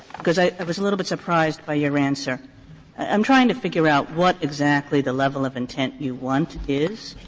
because i was a little bit surprised by your answer i'm trying to figure out what exactly the level of intent you want is.